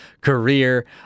career